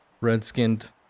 Red-skinned